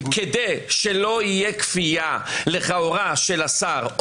כדי שלא תהיה כפייה לכאורה של השר,